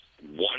one